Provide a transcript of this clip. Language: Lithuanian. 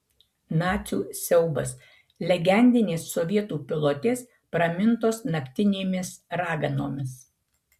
nacių siaubas legendinės sovietų pilotės pramintos naktinėmis raganomis